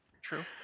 True